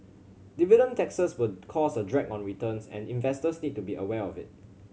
dividend taxes will cause a drag on returns and investors need to be aware of it